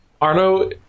Arno